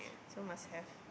so must have